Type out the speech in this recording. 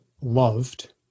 loved